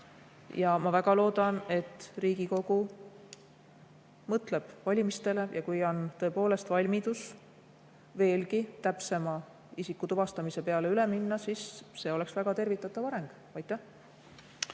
Ma väga loodan, et Riigikogu mõtleb valimistele, ja kui on tõepoolest valmidus veelgi täpsema isikutuvastamise peale üle minna, siis see oleks väga tervitatav areng. Suur